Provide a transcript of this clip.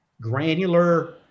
granular